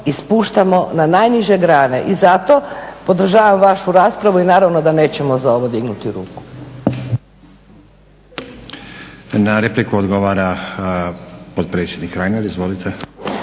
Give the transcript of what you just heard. i spuštamo na najniže grane. I zato podržavam vašu raspravu i naravno da nećemo za ovo dignuti ruku. **Stazić, Nenad (SDP)** Na repliku odgovara potpredsjednik Reiner. Izvolite.